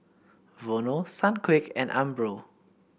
Vono Sunquick and Umbro